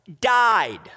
died